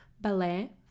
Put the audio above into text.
Ballet